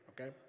okay